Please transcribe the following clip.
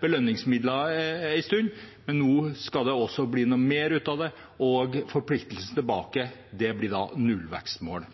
belønningsmidler en stund, men nå skal det også bli noe mer ut av det, og forpliktelsen tilbake blir nullvekstmål.